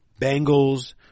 Bengals